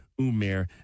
Umer